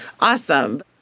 awesome